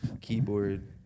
keyboard